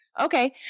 okay